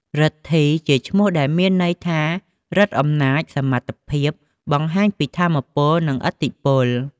រិទ្ធីជាឈ្មោះដែល មានន័យថាឫទ្ធិអំណាច សមត្ថភាព បង្ហាញពីថាមពលនិងឥទ្ធិពល។